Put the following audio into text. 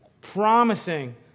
promising